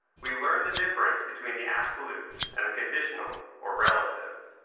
we learn the difference between the absolute and the conditional or relative.